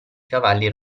cavalli